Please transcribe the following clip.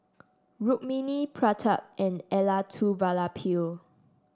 Rukmini Pratap and Elattuvalapil